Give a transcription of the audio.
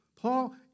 Paul